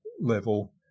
level